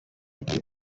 bwe